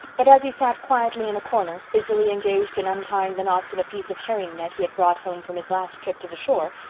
but as he sat quietly in a corner, busily engaged in untying the knots in a piece of herring net he had brought home from his last trip to the shore,